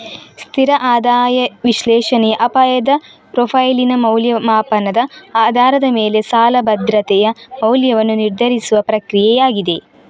ಸ್ಥಿರ ಆದಾಯ ವಿಶ್ಲೇಷಣೆಯ ಅಪಾಯದ ಪ್ರೊಫೈಲಿನ ಮೌಲ್ಯಮಾಪನದ ಆಧಾರದ ಮೇಲೆ ಸಾಲ ಭದ್ರತೆಯ ಮೌಲ್ಯವನ್ನು ನಿರ್ಧರಿಸುವ ಪ್ರಕ್ರಿಯೆಯಾಗಿದೆ